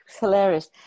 hilarious